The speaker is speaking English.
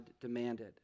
demanded